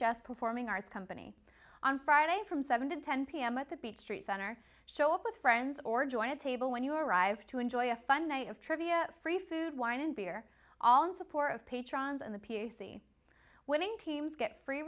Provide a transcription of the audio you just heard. just performing arts company on friday from seven to ten pm at the beech tree center show up with friends or join a table when you arrive to enjoy a fun night of trivia free food wine and beer all in support of patrons and the p c winning teams get free